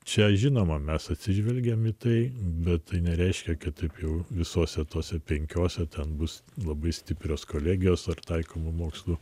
čia žinoma mes atsižvelgėme į tai bet tai nereiškia kad taip jau visose tose penkiose ten bus labai stiprios kolegijos ar taikomųjų mokslų